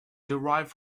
derived